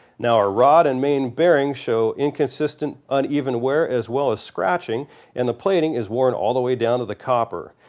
now the ah rod and main bearings show inconsistant, uneven wear as well as scratching and the plating is worn all the way down to the copper.